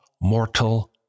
mortal